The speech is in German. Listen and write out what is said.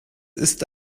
ist